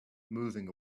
moving